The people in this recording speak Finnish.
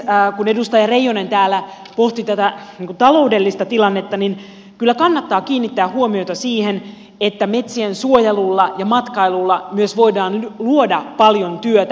kun edustaja reijonen täällä pohti tätä taloudellista tilannetta niin kyllä kannattaa kiinnittää huomiota siihen että myös metsiensuojelulla ja matkailulla voidaan luoda paljon työtä